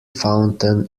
fountain